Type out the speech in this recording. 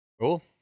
Cool